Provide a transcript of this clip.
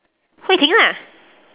hui ting lah